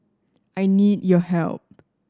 I need your help